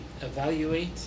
evaluate